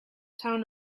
town